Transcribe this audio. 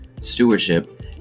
stewardship